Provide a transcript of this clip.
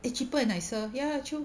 they cheaper and nicer ya true